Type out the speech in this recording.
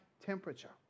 temperature